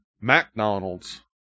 McDonald's